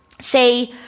say